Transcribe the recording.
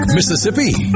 Mississippi